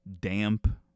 damp